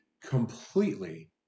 completely